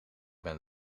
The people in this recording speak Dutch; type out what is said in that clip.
ben